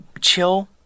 chill